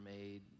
made